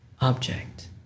object